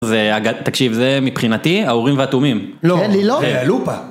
זה אג- תקשיב, זה מבחינתי, האורים והתומים. לא, זה לופה.